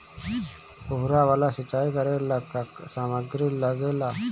फ़ुहारा वाला सिचाई करे लर का का समाग्री लागे ला?